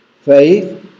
faith